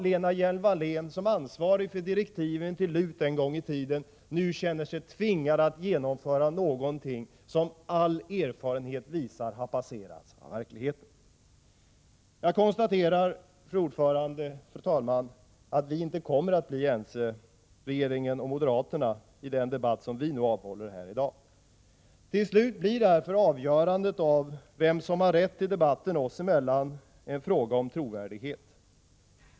Lena Hjelm-Wallén, som en gång i tiden var ansvarig för direktiven till LUT, känner sig nu tvingad att genomföra någonting som all erfarenhet visar har passerats av verkligheten. Fru talman! Jag konstaterar att regeringen och moderaterna inte kommer att bli ense i den debatt som vi avhåller i dag. Till slut handlar därför avgörandet om vem som har rätt i debatten oss emellan om trovärdighet.